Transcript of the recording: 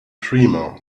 dreamer